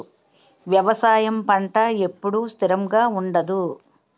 వ్యవసాయం పంట ఎప్పుడు స్థిరంగా ఉండదు